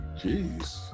Jeez